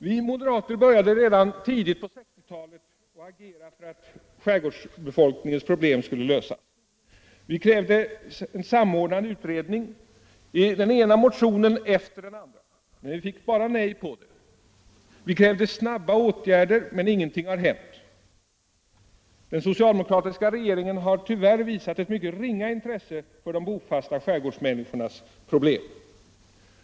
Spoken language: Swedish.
Vi moderater började redan tidigt på 1960-talet agera för att skärgårdsbefolkningens problem skulle lösas. Vi krävde i den ena motionen efter den andra en samordnad utredning, men vi fick bara nej till svar. Vi krävde snabba åtgärder, men ingenting har hänt. Den socialdemokratiska regeringen har tyvärr visat ett mycket ringa intresse för de bofasta skärgårdsmänniskornas problem.